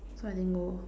so I didn't go